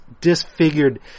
disfigured